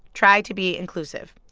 try to be inclusive.